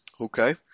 okay